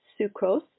Sucrose